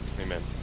Amen